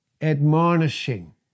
admonishing